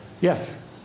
Yes